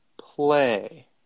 play